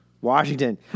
Washington